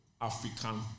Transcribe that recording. African